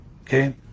Okay